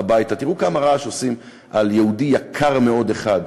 תראו כמה רעש עושים על יהודי יקר מאוד אחד.